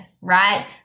Right